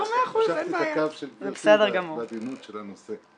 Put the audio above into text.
המשכתי את הקו של גברתי בעדינות של הנושא.